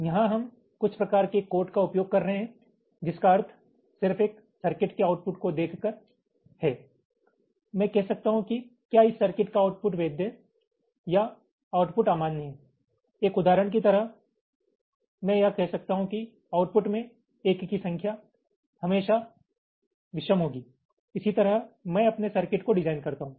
यहां हम कुछ प्रकार के कोड का उपयोग कर रहे हैं जिसका अर्थ सिर्फ एक सर्किट के आउटपुट को देखकर है मैं कह सकता हूं कि क्या इस सर्किट का आउटपुट वैध है या आउटपुट अमान्य है एक उदाहरण की तरह मैं यह कह सकता हूं कि आउटपुट में एक की संख्या हमेशा विषम होगी इसी तरह मैं अपने सर्किट को डिजाइन करता हूं